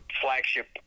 flagship